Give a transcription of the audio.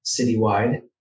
citywide